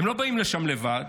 הם לא באים לשם לבד,